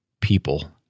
people